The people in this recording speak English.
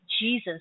Jesus